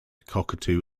cockatoo